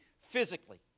physically